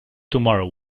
tomorrow